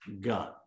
God